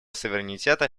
суверенитета